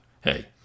hey